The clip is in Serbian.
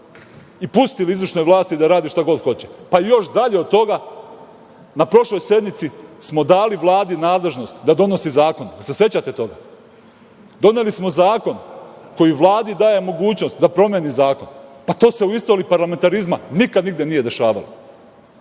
i pustili izvršnoj vlasti da radi šta god hoće. Još dalje od toga, na prošloj sednici smo dali Vladi nadležnost da donosi zakone. Da li se sećate toga? Doneli smo zakon koji Vladi daje mogućnost da promeni zakon. To se u istoriji parlamentarizma nikad nigde nije dešavalo. Mi